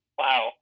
wow